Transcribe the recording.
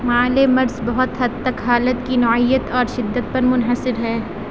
مال مرض بہت حد تک حالت کی نوعیت اور شدت پر منحصر ہے